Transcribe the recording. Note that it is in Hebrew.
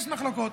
יש מחלוקות.